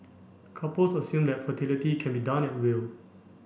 couples assume that fertility can be done at will